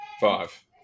Five